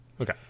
Okay